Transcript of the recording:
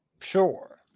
Sure